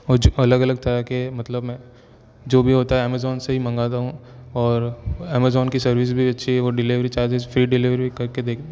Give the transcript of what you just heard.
और जो अलग अलग तरह के मतलब मैं जो भी होता है ऐमज़ॉन से ही मंगाता हूँ और ऐमज़ॉन की सर्विस भी अच्छी है और डिलीवरी चार्जिज़ फ़्री डिलीवरी करके देख